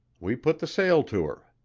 we put the sail to her.